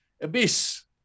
Abyss